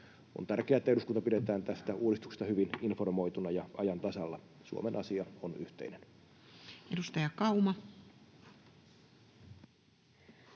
On tärkeää, että eduskunta pidetään tästä uudistuksesta hyvin informoituna ja ajan tasalla. Suomen asia on yhteinen. [Speech 239]